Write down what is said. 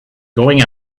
going